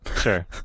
sure